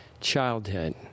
childhood